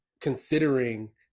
considering